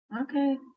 Okay